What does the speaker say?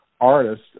artist